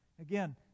Again